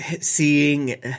seeing